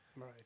right